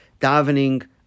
davening